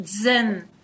Zen